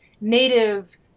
native